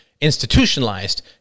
institutionalized